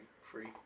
free